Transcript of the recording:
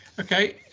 Okay